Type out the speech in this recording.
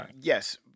Yes